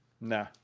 nah